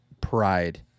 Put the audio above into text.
pride